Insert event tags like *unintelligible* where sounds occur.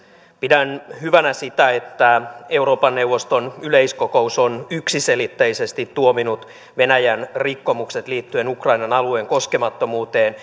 pidän hyvänä sitä että euroopan neuvoston yleiskokous on yksiselitteisesti tuominnut venäjän rikkomukset liittyen ukrainan alueen koskemattomuuteen *unintelligible*